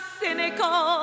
cynical